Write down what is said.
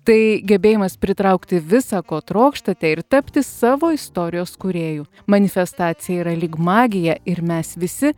tai gebėjimas pritraukti visa ko trokštate ir tapti savo istorijos kūrėju manifestacija yra lyg magija ir mes visi